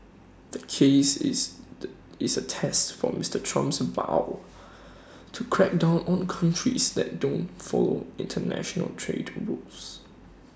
the case is the is A test for Mister Trump's vow to crack down on countries that don't follow International trade rules